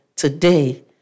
Today